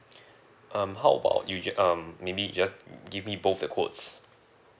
um how about usually um maybe you just give me both the quotes